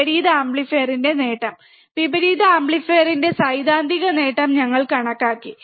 വിപരീത ആംപ്ലിഫയറിന്റെ നേട്ടം വിപരീത ആംപ്ലിഫയറിന്റെ സൈദ്ധാന്തിക നേട്ടം ഞങ്ങൾ കണക്കാക്കി